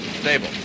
stable